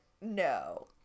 No